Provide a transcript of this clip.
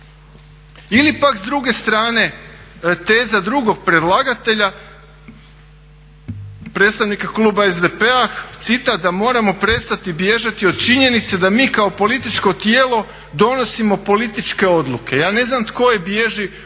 Ili pak s druge strane, teza drugog predlagatelja, predstavnika kluba SDP-a, citat da moramo prestati bježati od činjenice da mi kao političko tijelo donosimo političke odluke. Ja ne znam tko bježi u ovom